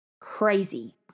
Crazy